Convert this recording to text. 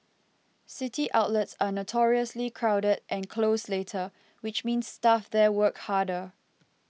city outlets are notoriously crowded and close later which means staff there work harder